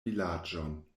vilaĝon